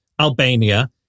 albania